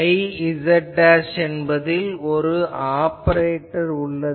Iz என்பதில் ஒரு operator உள்ளது